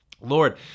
Lord